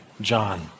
John